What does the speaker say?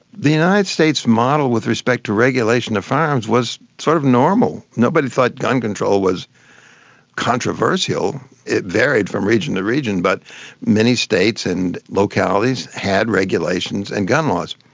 the united states model with respect to regulation of firearms was sort of normal. nobody thought gun control was controversial. it varied from region to region but many states and localities had regulations and gun laws.